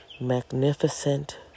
magnificent